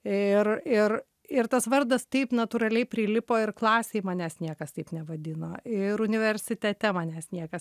ir ir ir tas vardas taip natūraliai prilipo ir klasėj manęs niekas taip nevadino ir universitete manęs niekas